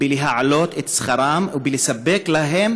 להעלות את שכרם ולספק להם